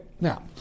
now